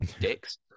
dicks